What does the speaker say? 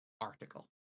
article